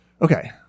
okay